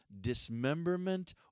dismemberment